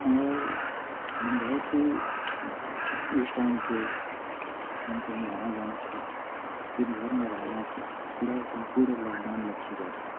और बहुत ही उस टाइम पे ना कहीं आना जाना था सिर्फ़ घर में रहना था पूरा सम्पूर्ण लॉकडाउन लग चुका था